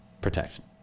protection